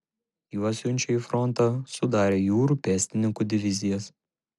juos siunčia į frontą sudarę jūrų pėstininkų divizijas